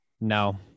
no